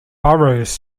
burroughs